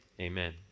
Amen